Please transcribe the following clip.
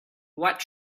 what